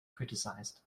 criticized